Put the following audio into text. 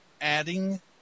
Adding